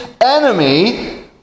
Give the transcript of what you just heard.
enemy